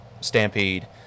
stampede